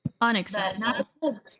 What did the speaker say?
Unacceptable